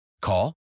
Call